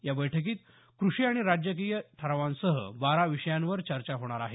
या बैठकीत कृषी आणि राज्यकीय ठरावांसह बारा विषयांवर चर्चा होणार आहे